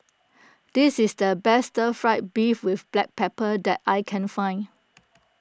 this is the best Stir Fried Beef with Black Pepper that I can find